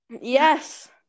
Yes